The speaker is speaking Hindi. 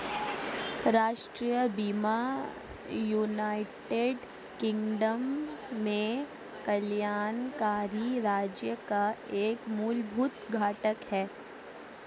राष्ट्रीय बीमा यूनाइटेड किंगडम में कल्याणकारी राज्य का एक मूलभूत घटक है